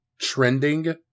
trending